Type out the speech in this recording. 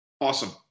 Awesome